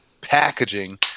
packaging